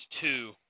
two